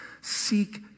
Seek